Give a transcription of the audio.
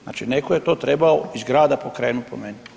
Znači netko je to trebao iz grada pokrenuti po meni.